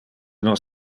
nos